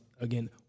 again